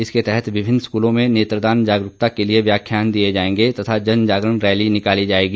इसके तहत विभिन्न स्कूलों में नेत्रदान जागरूकता के लिए व्याख्यान दिए जाएंगे तथा जन जागरण रैली निकाली जाएगी